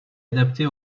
adaptée